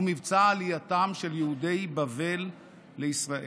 הוא מבצע עלייתם של יהודי בבל לישראל.